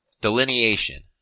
Delineation